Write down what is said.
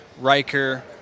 Riker